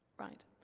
right.